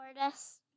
tortoise